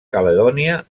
caledònia